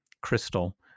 crystal